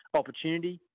opportunity